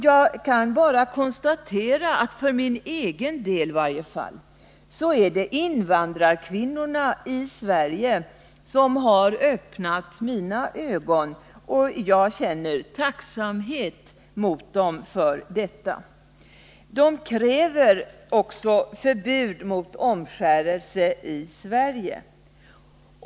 Jag kan konstatera att det är invandrarkvin norna i Sverige som har öppnat mina ögon, och jag känner tacksamhet mot Nr 31 dem för detta. Måndagen den Invandrarkvinnorna kräver förbud mot omskärelse i Sverige.